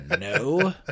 No